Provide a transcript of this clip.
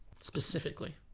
Specifically